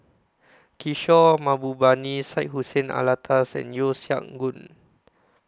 Kishore Mahbubani Syed Hussein Alatas and Yeo Siak Goon